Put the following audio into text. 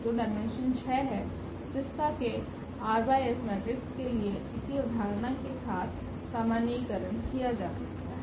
तो डायमेंशन 6 है जिसका के मैट्रिक्स के लिए इसी अवधारणा के साथ सामान्यीकरण किया जा सकता है